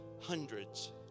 hundreds